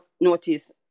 notice